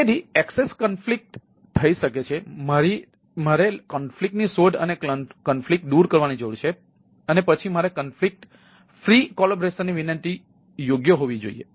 તેથી એકસેસ કોન્ફ્લિક્ટર્સની વિનંતી યોગ્ય હોવી જોઈએ